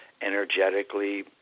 energetically